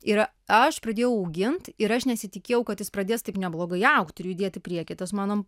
ir aš pradėjau augint ir aš nesitikėjau kad jis pradės taip neblogai augt ir judėt į priekį tas mano